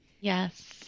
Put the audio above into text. Yes